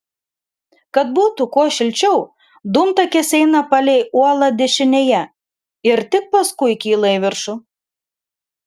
kad būtų kuo šilčiau dūmtakis eina palei uolą dešinėje ir tik paskui kyla į viršų